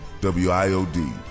WIOD